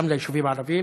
גם ליישובים הערביים